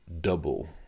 Double